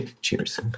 Cheers